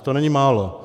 To není málo.